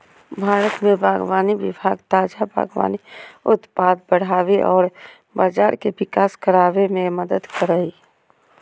भारत में बागवानी विभाग ताजा बागवानी उत्पाद बढ़ाबे औरर बाजार के विकास कराबे में मदद करो हइ